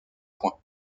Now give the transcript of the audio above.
points